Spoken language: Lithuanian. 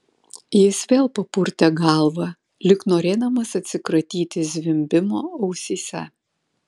jis vėl papurtė galvą lyg norėdamas atsikratyti zvimbimo ausyse